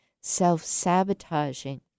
self-sabotaging